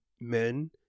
men